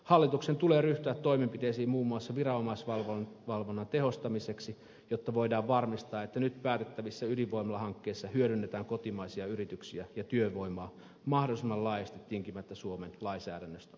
hallituksen tulee ryhtyä toimenpiteisiin muun muassa viranomaisvalvonnan tehostamiseksi jotta voidaan varmistaa että nyt päätettävissä ydinvoimalahankkeissa hyödynnetään kotimaisia yrityksiä ja työvoimaa mahdollisimman laajasti tinkimättä suomen lainsäädännöstä